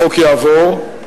החוק יעבור,